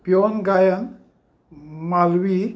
पिवन गायन मालवी